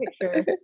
pictures